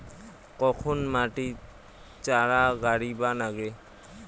কখন মাটিত চারা গাড়িবা নাগে?